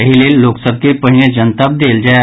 एहि लेल लोक सभ के पहिने जनतब देल जाय